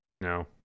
No